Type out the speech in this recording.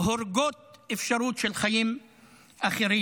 הורגות אפשרות של חיים אחרים.